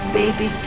baby